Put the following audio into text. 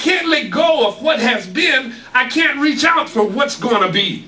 can't let go of what has been i can reach out for what's going to be